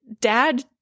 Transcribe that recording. dad